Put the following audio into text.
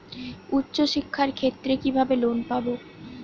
উচ্চশিক্ষার ক্ষেত্রে কিভাবে লোন পাব?